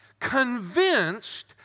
convinced